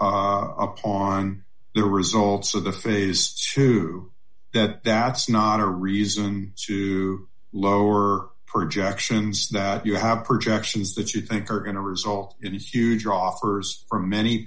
upon the results of the phase two that that's not a reason to lower projections that you have projections that you think are going to result it is huge offers for many